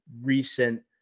recent –